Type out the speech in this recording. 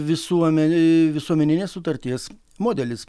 visuomenei visuomeninės sutarties modelis